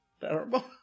terrible